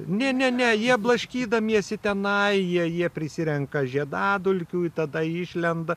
ne ne ne jie blaškydamiesi tenai jie jie prisirenka žiedadulkių ir tada išlenda